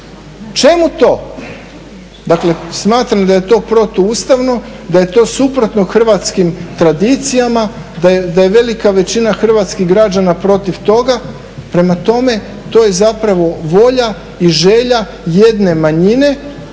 čemu to? dakle smatram da je to protuustavno, da je to suprotno hrvatskim tradicijama, da je velika većina hrvatskih građana protiv toga. Prema tome, to je zapravo volja i želja jedne manjine